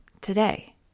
today